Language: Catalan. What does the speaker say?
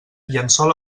llençol